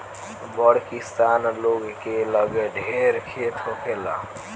बड़ किसान लोग के लगे ढेर खेत होखेला